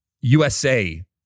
USA